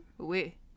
Oui